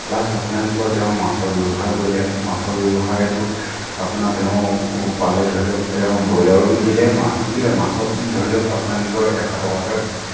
plus আপোনাৰ কি কয় তেওঁ মাছৰ ব্যৱসায় কৰিলে মাছৰ ব্যৱসায়টোত আপোনাৰ তেওঁ পালে ধৰি লওক এওঁ ব্ৰইলাৰো বিকিলে মাছো বিকিলে মাছত ধৰি লওক আপোনাক কি কয় এশ টকাকৈ